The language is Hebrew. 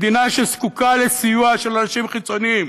מדינה שזקוקה לסיוע של אנשים חיצוניים,